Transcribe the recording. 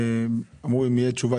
ואמרו אם תהיה תשובה.